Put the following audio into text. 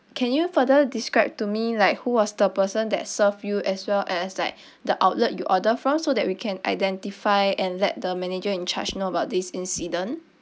can you further describe to me like who was the person that served you as well as like the outlet you order from so that we can identify and let the manager in charge know about this incident